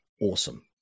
awesome